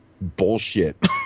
bullshit